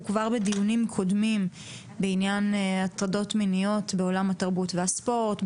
בדיונים קודמים בעניין הטרדות מיניות בעולם התרבות והספורט,